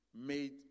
made